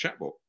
chatbot